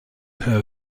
her